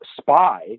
spy